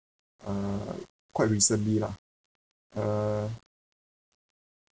uh quite recently uh